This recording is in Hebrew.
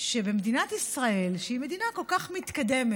שמדינת ישראל, שהיא מדינה כל כך מתקדמת,